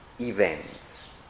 events